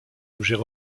objets